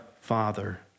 Father